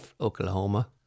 Oklahoma